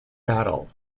battle